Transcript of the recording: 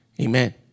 Amen